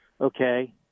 Okay